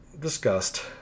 discussed